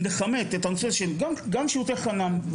אם נכמת את הנושא של שירותי חנן,